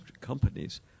companies